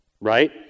right